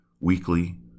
weekly